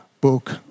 book